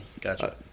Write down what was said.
Gotcha